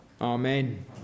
Amen